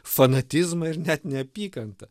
fanatizmą ir net neapykantą